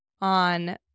on